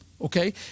okay